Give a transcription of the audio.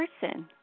person